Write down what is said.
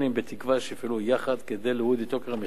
בתקווה שיפעלו יחד כדי להוריד את יוקר המחיה